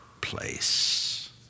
place